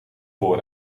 voor